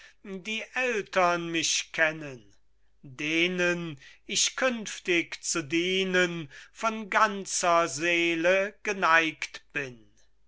die eltern mich kennen denen ich künftig zu dienen von ganzer seele geneigt bin